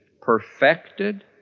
perfected